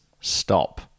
stop